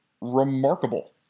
remarkable